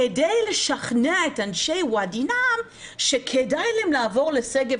כדי לשכנע את אנשי וואדי נעאם שכדאי להם לעבור לשגב